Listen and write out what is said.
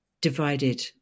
divided